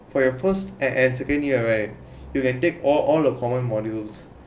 for your first and second year right you can take all all the common modules